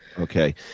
Okay